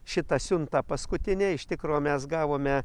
šitą siuntą paskutinę iš tikro mes gavome